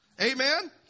Amen